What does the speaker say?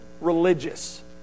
religious